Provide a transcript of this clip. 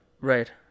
Right